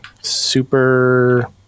super